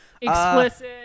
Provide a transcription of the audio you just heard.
Explicit